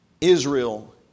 Israel